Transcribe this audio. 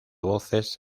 voces